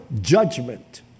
judgment